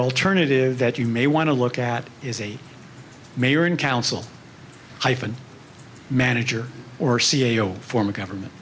alternative that you may want to look at is a mayor and council hyphen manager or c e o form of government